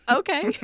okay